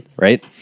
right